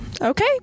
okay